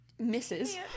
Misses